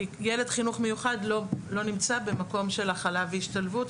כי ילד בחינוך מיוחד לא נמצא במקום של הכלה והשתלבות,